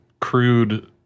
crude